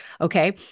Okay